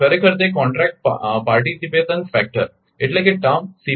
ખરેખર તે contract participation factor એટલે કે ટર્મ સી